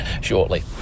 shortly